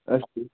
अस्तु